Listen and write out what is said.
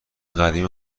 قدیمی